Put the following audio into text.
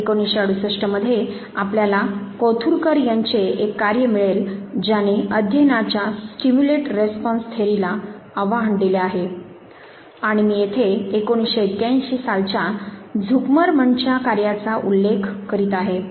1968 मध्ये आपल्याला कोथुरकर यांचे एक कार्य मिळेल ज्याने अध्ययनाच्या स्टीम्युलेट रेस्पॉन्स थेअरी'ला आव्हान दिले आहे आणि मी येथे 1981 सालच्या झुकरमन'च्या कार्याचा उल्लेख करीत आहे